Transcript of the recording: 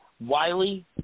Wiley